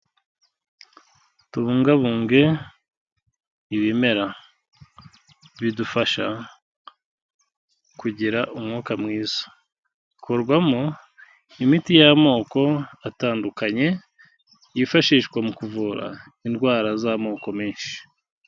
Tubungabunge ibimera, bidufasha kugira umwuka mwiza, ikorwarwamo imiti y'amoko atandukanye, yifashishwa mu kuvura indwara z'amoko menshi.